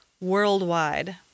worldwide